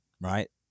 right